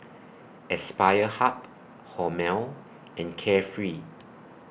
Aspire Hub Hormel and Carefree